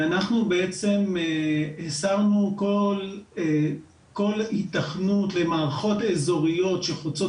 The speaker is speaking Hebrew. אנחנו בעצם הסרנו כל היתכנות למערכות אזוריות שחוצות